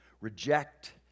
reject